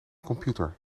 computer